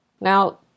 Now